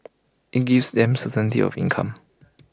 IT gives them certainty of income